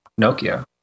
Nokia